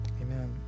Amen